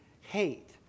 hate